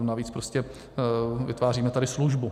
Navíc prostě vytváříme tady službu.